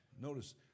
Notice